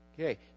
Okay